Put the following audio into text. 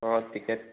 অঁ টিকেট